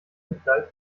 mitleid